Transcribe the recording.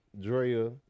Drea